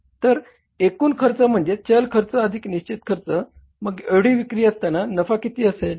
तर एकूण खर्च म्हणजेच चल खर्च अधिक निश्चित खर्च मग एवढी विक्री असताना नफा किती असेल